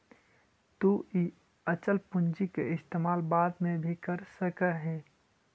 तु इ अचल पूंजी के इस्तेमाल बाद में भी कर सकऽ हे